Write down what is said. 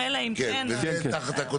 אלא אם כן --- בדיוק, בדיוק.